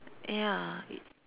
ya